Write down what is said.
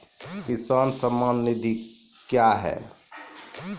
किसान सम्मान निधि क्या हैं?